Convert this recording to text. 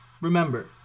remember